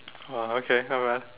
oh okay not bad